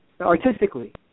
artistically